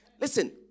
Listen